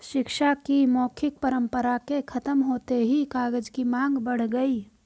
शिक्षा की मौखिक परम्परा के खत्म होते ही कागज की माँग बढ़ गई